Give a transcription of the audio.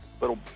little